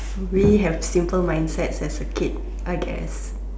we have simple mind sets as a kid I guess